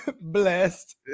Blessed